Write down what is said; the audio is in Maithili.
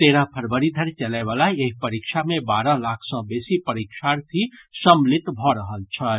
तेरह फरवरी धरि चलयवला एहि परीक्षा मे बारह लाख सँ बेसी परीक्षार्थी सम्मिलित भऽ रहल छथि